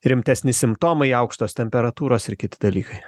rimtesni simptomai aukštos temperatūros ir kiti dalykai